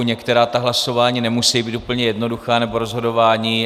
Některá hlasování nemusí být úplně jednoduchá, nebo rozhodování.